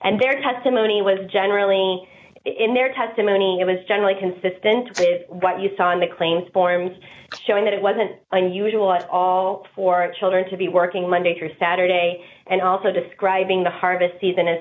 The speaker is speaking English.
and their testimony was generally in their testimony it was generally consistent with what you saw in the claims forms showing that it wasn't unusual at all for children to be working monday through saturday and also describing the harvest season